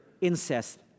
incest